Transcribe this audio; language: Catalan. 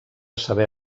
saber